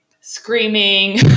screaming